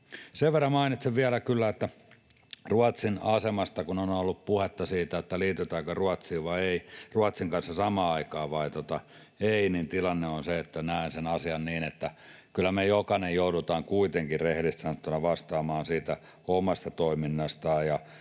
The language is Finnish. Sen verran mainitsen vielä kyllä Ruotsin asemasta, että kun on ollut puhetta siitä, liitytäänkö Ruotsin kanssa samaan aikaan vai ei, niin tilanne on se, että näen sen asian niin, että kyllä me jokainen joudutaan kuitenkin rehellisesti sanottuna vastaamaan siitä omasta toiminnastamme.